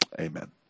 Amen